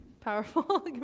powerful